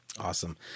Awesome